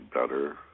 better